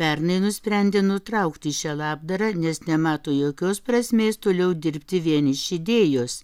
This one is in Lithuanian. pernai nusprendė nutraukti šią labdarą nes nemato jokios prasmės toliau dirbti vien iš idėjos